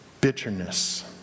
bitterness